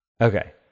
Okay